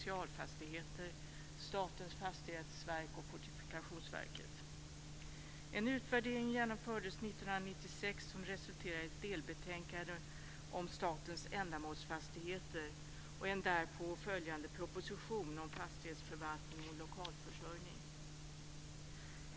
I En utvärdering genomfördes 1996 som resulterade i ett delbetänkande om statens ändamålsfastigheter och en därpå följande proposition om fastighetsförvaltning och lokalförsörjning.